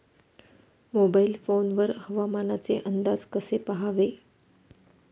Mobile phone वर हवामानाचे अंदाज कसे पहावे?